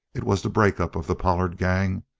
it was the break-up of the pollard gang,